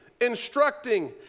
instructing